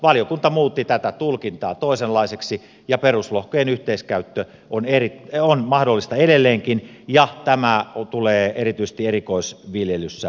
valiokunta muutti tätä tulkintaa toisenlaiseksi ja peruslohkojen yhteiskäyttö on mahdollista edelleenkin ja tämä tulee erityisesti erikoisviljelyssä kysymykseen